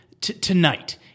tonight